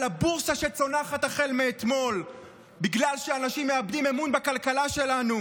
על הבורסה שצונחת החל מאתמול בגלל שאנשים מאבדים אמון בכלכלה שלנו?